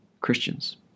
Christians